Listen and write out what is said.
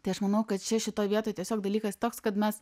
tai aš manau kad čia šitoj vietoj tiesiog dalykas toks kad mes